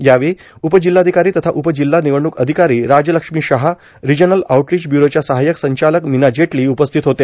यावेळी उपजिल्हाधिकारो तथा उप जिल्हा र्मिनवडणूक र्अधिकारो राजलक्ष्मी शहा र्राजनल आऊटरोच ब्युरोच्या सहायक संचालक र्मिना जेटलो उपस्थित होते